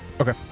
Okay